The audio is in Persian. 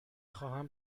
خواهم